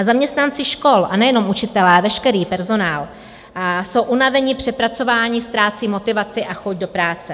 Zaměstnanci škol, a nejenom učitelé, veškerý personál, jsou unaveni, přepracovaní, ztrácejí motivaci a chuť do práce.